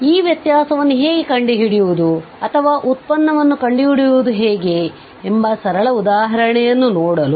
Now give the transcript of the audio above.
ಆದ್ದರಿಂದ ಈ ವ್ಯತ್ಯಾಸವನ್ನು ಹೇಗೆ ಕಂಡುಹಿಡಿಯುವುದು ಅಥವಾ ಉತ್ಪನ್ನವನ್ನು ಕಂಡುಹಿಡಿಯುವುದು ಹೇಗೆ ಎಂಬ ಸರಳ ಉದಾಹರಣೆಯನ್ನು ನೋಡಲು